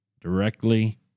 directly